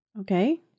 Okay